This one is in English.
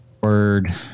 word